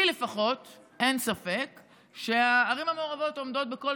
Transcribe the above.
לי לפחות אין ספק שהערים המעורבות עומדות בכל